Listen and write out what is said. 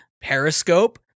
Periscope